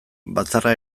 batzarra